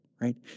right